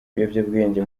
ibiyobyabwenge